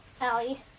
Allie